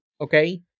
okay